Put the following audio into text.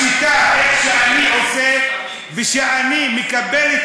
בשיטה שאני עושה וכשאני מקבל,